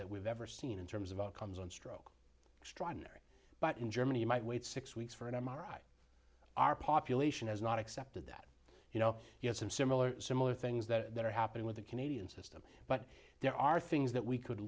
that we've ever seen in terms of outcomes on stroke extraordinary but in germany you might wait six weeks for an m r i our population has not accepted that you know you have some similar similar things that are happening with the canadian system but there are things that we could